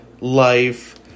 life